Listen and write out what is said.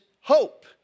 hope